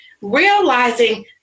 Realizing